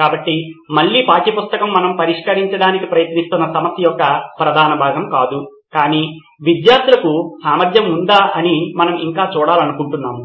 కాబట్టి మళ్ళీ పాఠ్యపుస్తకం మనము పరిష్కరించడానికి ప్రయత్నిస్తున్న సమస్య యొక్క ప్రధాన భాగం కాదు కాని విద్యార్థులకు సామర్థ్యం ఉందా అని మనం ఇంకా చూడాలనుకుంటున్నాము